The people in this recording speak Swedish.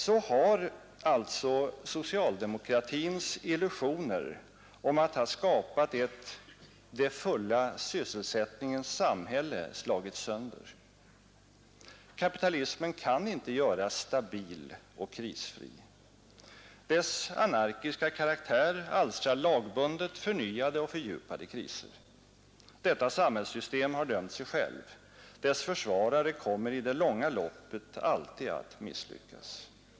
Så har alltså socialdemokratins illusioner om att ha skapat ett ”den fulla sysselsättningens samhälle” slagits sönder. Kapitalismen kan inte göras stabil och krisfri. Dess anarkiska karaktär alstrar lagbundet förnyade och fördjupade kriser. Detta samhällssystem har dömt sig självt. Dess försvarare kommer i det långa loppet alltid att misslyckas.